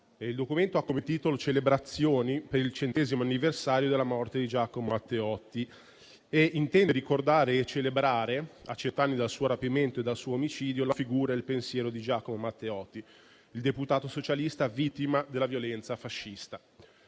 Il provvedimento ha come titolo «Celebrazioni per il centesimo anniversario della morte di Giacomo Matteotti» e intende ricordare e celebrare, a cent'anni dal rapimento e dall'omicidio, la figura e il pensiero del deputato socialista vittima della violenza fascista.